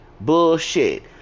Bullshit